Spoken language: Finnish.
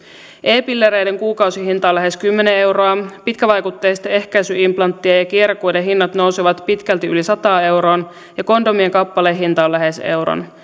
e pillereiden kuukausihinta on lähes kymmenen euroa pitkävaikutteisten ehkäisyimplanttien ja ja kierukoiden hinnat nousevat pitkälti yli sataan euroon ja kondomien kappalehinta on lähes euron